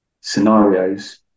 scenarios